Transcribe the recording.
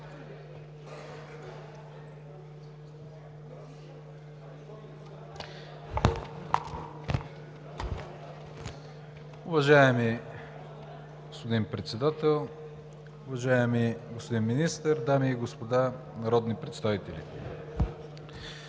Уважаеми господин Председател, уважаеми господин Министър, дами и господа народни представители!